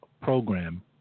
program